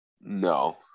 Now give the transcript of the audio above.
No